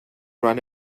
run